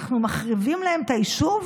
אנחנו מחריבים להם את היישוב,